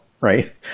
right